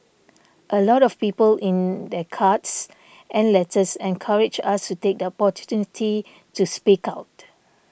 a lot of people in their cards and letters encouraged us to take the opportunity to speak out